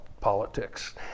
politics